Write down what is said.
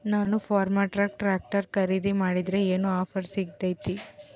ನಾನು Farmtrac tractor ಖರೇದಿ ಮಾಡಿದ್ರೆ ಏನು ಆಫರ್ ಸಿಗ್ತೈತಿ?